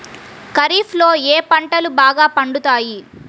ఖరీఫ్లో ఏ పంటలు బాగా పండుతాయి?